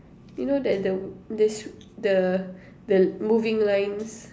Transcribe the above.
you know that the the sw~ the the moving lines